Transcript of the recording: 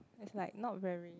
is like not very